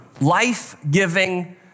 Life-giving